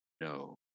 no